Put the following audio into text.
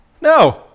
No